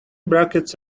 brackets